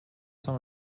some